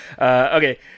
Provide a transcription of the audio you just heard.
Okay